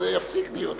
זה יפסיק להיות כך.